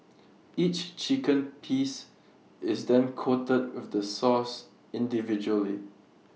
each chicken piece is then coated with the sauce individually